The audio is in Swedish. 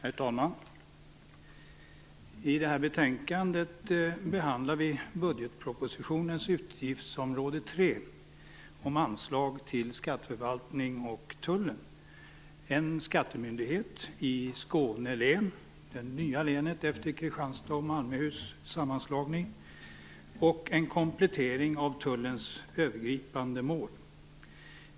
Herr talman! I det här betänkandet behandlar vi budgetpropositionens utgiftsområde 3 om anslag till skatteförvaltning och tull, en skattemyndighet i Skåne län - det nya länet efter Kristianstads och Malmöhus sammanslagning - och en komplettering av tullens övergripande mål.